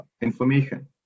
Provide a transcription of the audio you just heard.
information